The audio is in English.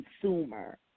consumer